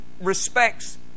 respects